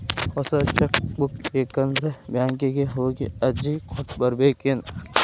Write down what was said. ಹೊಸ cheque book ಬೇಕಂದ್ರ ಬ್ಯಾಂಕಿಗೆ ಹೋಗಿ ಅರ್ಜಿ ಕೊಟ್ಟ ಬರ್ಬೇಕೇನ್